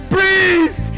Breathe